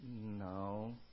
No